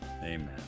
Amen